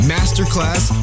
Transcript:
Masterclass